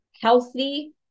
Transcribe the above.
healthy